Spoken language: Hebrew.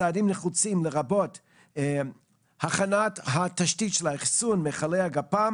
צעדים נחוצים לרבות הכנת תשתית האחסון של מכלי הגפ"מ